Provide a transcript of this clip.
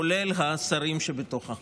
כולל השרים שבתוכה.